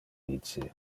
vice